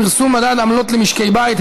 פרסום מדד עמלות למשקי בית),